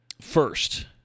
first